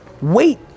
wait